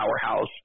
powerhouse